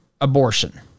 abortion